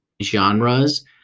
Genres